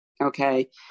Okay